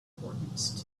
importance